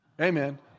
Amen